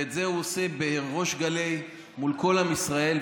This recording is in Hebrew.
ואת זה הוא עושה בריש גלי מול כל עם ישראל.